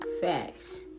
facts